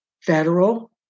federal